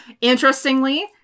Interestingly